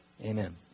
Amen